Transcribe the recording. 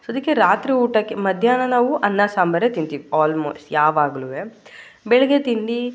so ಅದಕ್ಕೆ ರಾತ್ರಿ ಊಟಕ್ಕೆ ಮಧ್ಯಾಹ್ನ ನಾವು ಅನ್ನ ಸಾಂಬಾರೇ ತಿಂತೀವಿ ಆಲ್ಮೋಸ್ಟ್ ಯಾವಾಗ್ಲೂ ಬೆಳಗ್ಗೆ ತಿಂಡಿ